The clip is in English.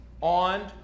on